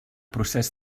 procés